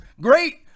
Great